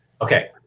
Okay